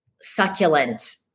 succulent